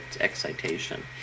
excitation